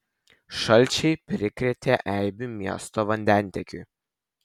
šalčiai prikrėtė eibių miesto vandentiekiui